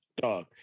dog